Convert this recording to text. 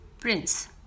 prince